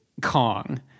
Kong